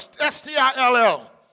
S-T-I-L-L